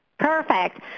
perfect